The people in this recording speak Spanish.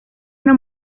una